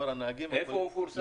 איפה הוא מפורסם?